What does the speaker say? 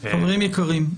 חברים יקרים,